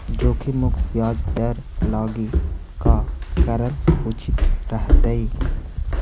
जोखिम मुक्त ब्याज दर लागी का करल उचित रहतई?